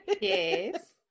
yes